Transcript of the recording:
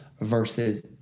Versus